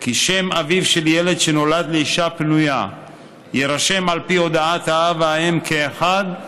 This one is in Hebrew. כי "שם אביו של ילד שנולד לאישה פנויה יירשם על פי הודעת האב והאם כאחד,